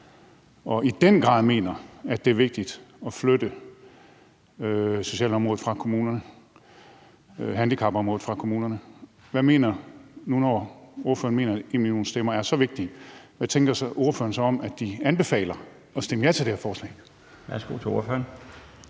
og i den grad mener, at det er vigtigt at flytte socialområdet og handicapområdet væk fra kommunerne? Når ordføreren mener, at #enmillionstemmer er så vigtig, hvad tænker ordføreren så om, at de anbefaler at stemme ja til det her forslag? Kl. 18:39 Den fg.